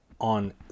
on